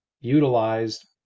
utilized